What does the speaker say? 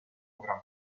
gran